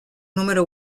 número